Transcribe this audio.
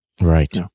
Right